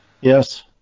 Yes